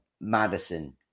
Madison